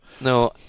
No